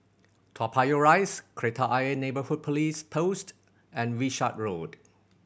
Toa Payoh Rise Kreta Ayer Neighbourhood Police Post and Wishart Road